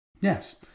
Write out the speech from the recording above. yes